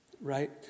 right